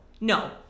no